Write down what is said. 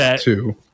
two